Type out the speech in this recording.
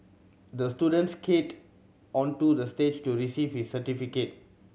the student skated onto the stage to receive his certificate